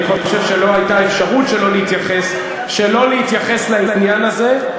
אני חושב שלא הייתה אפשרות שלא להתייחס לעניין הזה.